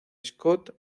scott